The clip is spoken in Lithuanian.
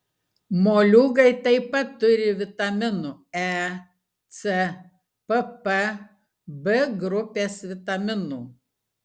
moliūgai taip pat turi vitaminų e c pp b grupės vitaminų